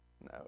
No